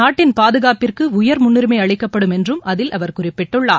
நாட்டின் பாதுகாப்பிற்கு உயர் முன்னுரிமை அளிக்கப்படும் என்றும் அதில் அவர் குறிப்பிட்டுள்ளார்